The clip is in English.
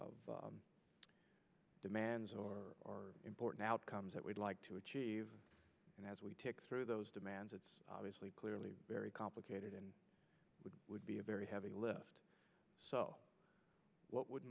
of demands or are important outcomes that we'd like to achieve and as we take through those demands it's obviously clearly very complicated and we would be a very heavy lift so what would